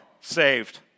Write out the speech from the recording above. saved